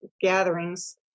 gatherings